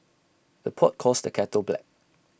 the pot calls the kettle black